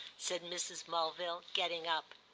said mrs. mulville, getting up.